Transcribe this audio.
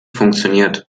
funktioniert